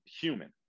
human